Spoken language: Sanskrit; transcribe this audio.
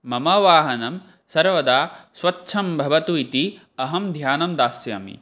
मम वाहनं सर्वदा स्वच्छं भवतु इति अहं ध्यानं दास्यामि